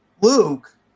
Luke